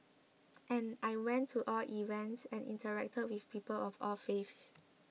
and I went to all events and interacted with people of all faiths